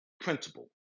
principle